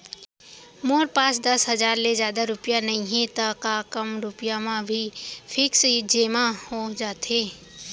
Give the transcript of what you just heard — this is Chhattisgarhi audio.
मोर पास दस हजार ले जादा रुपिया नइहे त का कम रुपिया म भी फिक्स जेमा हो जाथे?